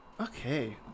Okay